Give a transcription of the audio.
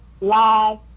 live